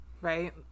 Right